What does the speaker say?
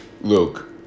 Luke